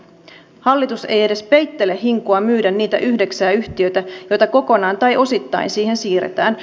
hallitus ei edes peittele hinkua myydä niitä yhdeksää yhtiötä joita kokonaan tai osittain siihen siirretään